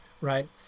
right